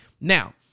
Now